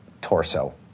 torso